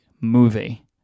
movie